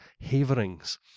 Havering's